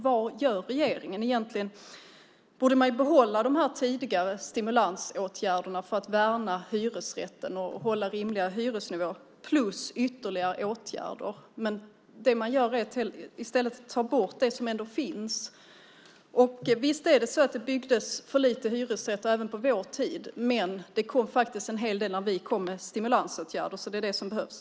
Vad gör regeringen när man ser att det barkar utför? De tidigare stimulansåtgärderna för att värna hyresrätten och hålla rimliga hyresnivåer borde behållas tillsammans med ytterligare åtgärder. I stället tas det som ändå finns bort. Visst byggdes för få hyresrätter även på vår tid, men det blev faktiskt en hel del när vi lade fram stimulansåtgärder. De behövs.